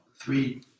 three